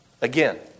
Again